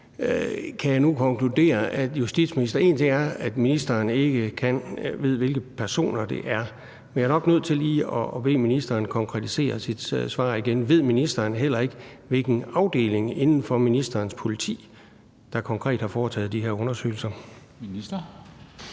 til det her. Altså, én ting er, at ministeren ikke kan vide, hvilke personer det er, men jeg er nok nødt til lige at bede ministeren konkretisere sit svar igen: Ved ministeren heller ikke, hvilken afdeling inden for ministerens politi der konkret har foretaget de her undersøgelser? Kl.